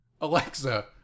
alexa